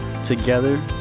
Together